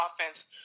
offense